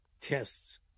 tests